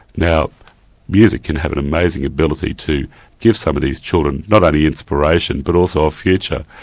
now music can have an amazing ability to give some of these children not only inspiration, but also a future.